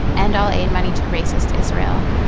end all aid money to racist israel.